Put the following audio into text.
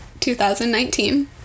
2019